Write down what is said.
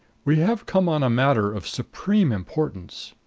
we have come on a matter of supreme importance